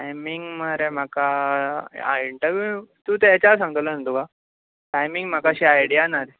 timing मरे म्हाका interview तु ते एच आर सांगतलो नु तुका टायमिंग म्हाका अशी आयड्या ना रे